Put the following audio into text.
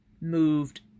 moved